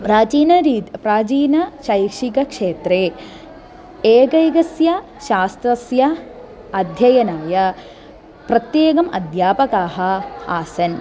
प्राचीनं रीत् प्राचीन शैक्षणिकक्षेत्रे एकैकस्य शास्त्रस्य अध्ययनाय प्रत्येकाः अध्यापकाः आसन्